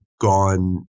gone